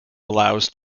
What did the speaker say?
allows